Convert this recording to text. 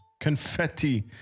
Confetti